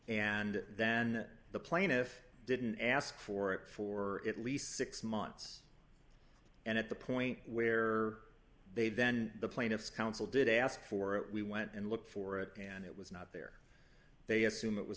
and then the plaintiff didn't ask for it for at least six months and at the point where they then the plaintiff's counsel did ask for it we went and looked for it and it was not there they assume it was